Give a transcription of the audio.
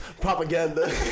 Propaganda